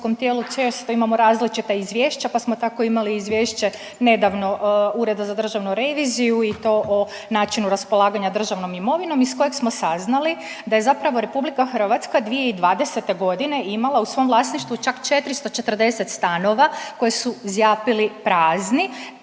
često imamo različita izvješća pa smo tako imali i izvješće nedavno Ureda za državnu reviziju i to o načinu raspolaganja državnom imovinom iz kojeg smo saznali da je zapravo Republika Hrvatska 2020. godine imala u svom vlasništvu čak 440 stanova koji su zjapili prazni,